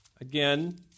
again